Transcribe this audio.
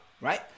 right